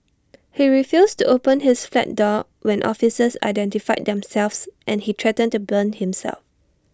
he refused to open his flat door when officers identified themselves and he threatened to burn himself